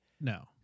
No